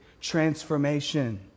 transformation